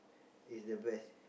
is the best